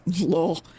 lol